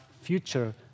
future